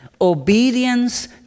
obedience